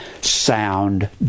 sound